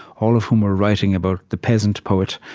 all of whom were writing about the peasant poet.